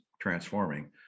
transforming